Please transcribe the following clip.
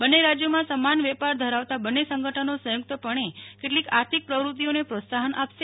બંને રાજયોમાં સમાન વેપાર ધરાવતા બંને સંગનો સંયુ ક્તપણેકેટલીક આર્થિક પ્રવૃતિઓને પ્રોત્સાહન આપશે